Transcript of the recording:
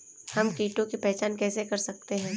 हम कीटों की पहचान कैसे कर सकते हैं?